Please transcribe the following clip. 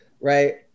right